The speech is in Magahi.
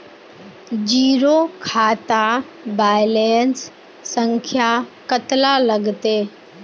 जीरो खाता बैलेंस संख्या कतला लगते?